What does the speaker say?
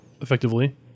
effectively